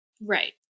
Right